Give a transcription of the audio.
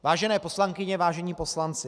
Vážené poslankyně, vážení poslanci.